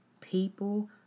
people